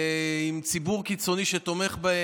עם ציבור קיצוני שתומך בהם,